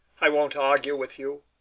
i won't argue with you,